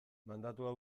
mandatua